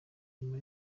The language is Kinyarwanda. nyuma